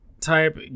type